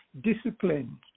discipline